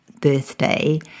birthday